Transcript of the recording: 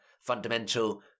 fundamental